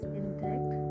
intact